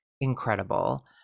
incredible